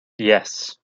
yes